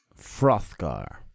Frothgar